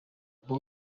babo